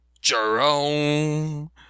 Jerome